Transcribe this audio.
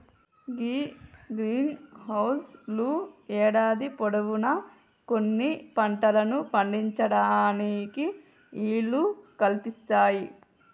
గీ greenhouse లు యేడాది పొడవునా కొన్ని పంటలను పండించటానికి ఈలు కల్పిస్తాయి